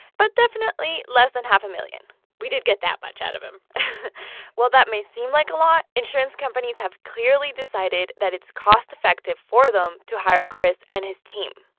but definitely less than half a million we did get that much out of him while that may seem like a lot, insurance companies have clearly decided that it's cost-effective for them to hire chris and his team,